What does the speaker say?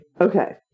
Okay